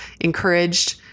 encouraged